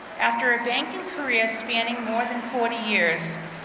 after a banking career spanning more than forty years,